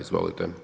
Izvolite.